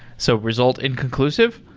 so result inconclusive?